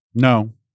No